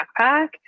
backpack